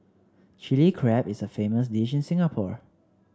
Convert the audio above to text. Chilli Crab is a famous dish in Singapore